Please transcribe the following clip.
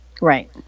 Right